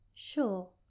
Sure